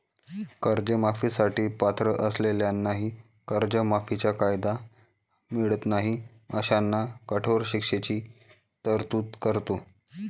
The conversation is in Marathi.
कर्जमाफी साठी पात्र असलेल्यांनाही कर्जमाफीचा कायदा मिळत नाही अशांना कठोर शिक्षेची तरतूद करतो